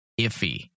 iffy